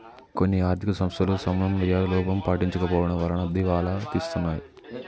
కొన్ని ఆర్ధిక సంస్థలు సమన్వయ లోపం పాటించకపోవడం వలన దివాలా తీస్తున్నాయి